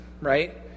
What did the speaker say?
right